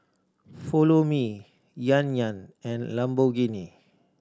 Follow Me Yan Yan and Lamborghini